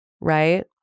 right